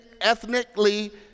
ethnically